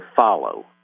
follow